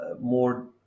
more